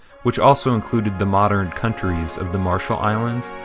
which also included the modern countries of the marshall islands,